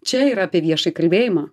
čia yra apie viešąjį kalbėjimą